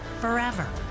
forever